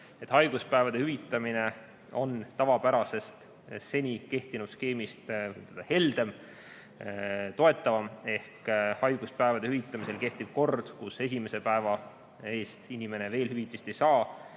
haiguspäevade hüvitamine on tavapärasest, seni kehtinud skeemist heldem, toetavam. Haiguspäevade hüvitamisel kehtib kord, kus esimese päeva eest inimene hüvitist veel ei saa,